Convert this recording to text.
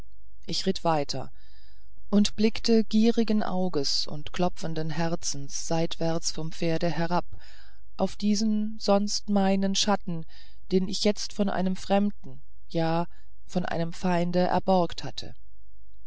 ich ritt weiter und blickte gierigen auges und klopfenden herzens seitwärts vom pferde herab auf diesen sonst meinen schatten den ich jetzt von einem fremden ja von einem feinde erborgt hatte